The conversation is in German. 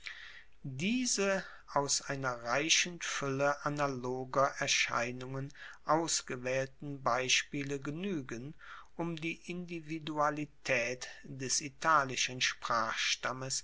diese aus einer reichen fuelle analoger erscheinungen ausgewaehlten beispiele genuegen um die individualitaet des italischen